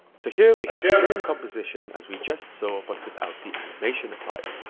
so here, we have the same composition as we just saw, but without the animation applied.